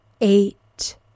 eight